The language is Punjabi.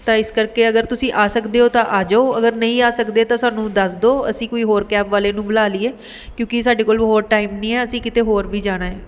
ਤਾਂ ਇਸ ਕਰਕੇ ਅਗਰ ਤੁਸੀਂ ਆ ਸਕਦੇ ਹੋ ਤਾਂ ਆ ਜਾਓ ਅਗਰ ਨਹੀਂ ਆ ਸਕਦੇ ਤਾਂ ਸਾਨੂੰ ਦੱਸ ਦਿਓ ਅਸੀਂ ਕੋਈ ਹੋਰ ਕੈਬ ਵਾਲੇ ਨੂੰ ਬੁਲਾ ਲਈਏ ਕਿਉਂਕਿ ਸਾਡੇ ਕੋਲ ਹੋਰ ਟਾਈਮ ਨਹੀਂ ਹੈ ਅਸੀਂ ਕਿਤੇ ਹੋਰ ਵੀ ਜਾਣਾ ਹੈ